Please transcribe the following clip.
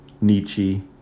Nietzsche